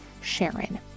SHARON